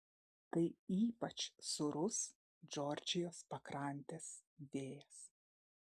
tai ypač sūrus džordžijos pakrantės vėjas